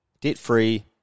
debt-free